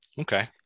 Okay